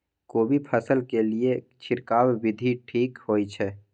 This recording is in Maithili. कोबी फसल के लिए छिरकाव विधी ठीक होय छै?